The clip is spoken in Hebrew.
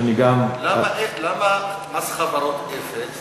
אני גם, למה מס חברות אפס